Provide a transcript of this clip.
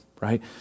right